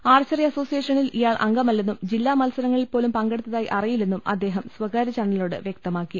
archery അസോ സിയേഷനിൽ ഇയാൾ അംഗമല്ലെന്നും ജില്ലാ മത്സരങ്ങളിൽപോലും പങ്കെടുത്തതായി അറിയില്ലെന്നും അദ്ദേഹം സ്വകാര്യ ചാനലിനോട് വ്യക്തമാക്കി